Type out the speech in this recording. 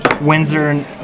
Windsor